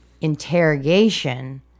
Interrogation